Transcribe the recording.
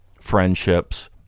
friendships